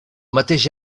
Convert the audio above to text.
mateix